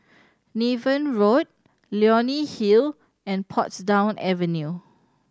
Niven Road Leonie Hill and Portsdown Avenue